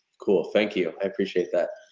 cool, thank you i appreciate that.